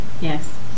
Yes